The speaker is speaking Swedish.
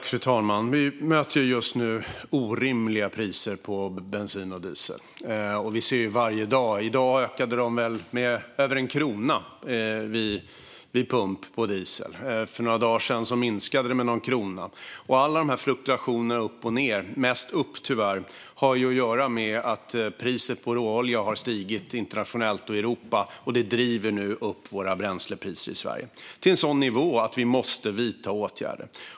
Fru talman! Vi möter just nu orimliga priser på bensin och diesel. Vi ser det varje dag. I dag ökade dieselpriset med över 1 krona vid pump. För några dagar sedan minskade det med någon krona. Alla de här fluktuationerna upp och ned - mest upp tyvärr - har att göra med att priset på råolja har stigit internationellt och i Europa. Det driver nu upp våra bränslepriser i Sverige till en sådan nivå att vi måste vidta åtgärder.